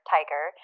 Tiger